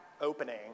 opening